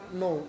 no